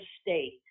state